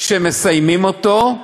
כשהם מסיימים אותו,